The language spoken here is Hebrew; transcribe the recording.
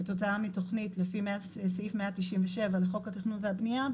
כתוצאה מתוכנית לפי סעיף 197 לחוק התכנון והבנייה,